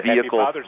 vehicle